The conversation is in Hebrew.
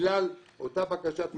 בגלל אותה בקשת תמיכה.